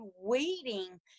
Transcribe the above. waiting